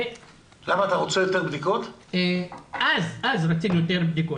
אתה רוצה יותר בדיקות?